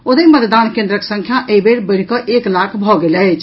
ओतहि मतदान केन्द्रक संख्या एहि बेर बढ़िकऽ एक लाख भऽ गेल अछि